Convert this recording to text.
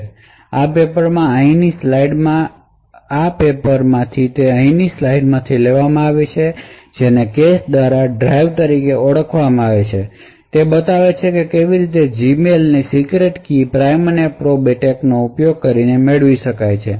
તેથી આ પેપરમાંથી અહીં ની સ્લાઇડ લેવામાં આવી છે જેને કેશ દ્વારા ડ્રાઇવ તરીકે ઓળખવામાં આવે છે અને તે બતાવે છે કે કેવી રીતે જીમેઇલની સિક્રેટ કી પ્રાઇમ અને પ્રોબ એટેકનો ઉપયોગ કરીને મેળવી શકાય છે